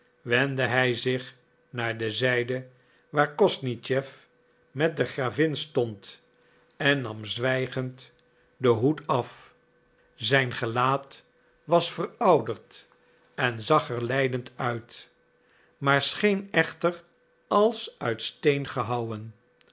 wendde hij zich naar de zijde waar kosnischew met de gravin stond en nam zwijgend den hoed af zijn gelaat was verouderd en zag er lijdend uit maar scheen echter als uit steen gehouwen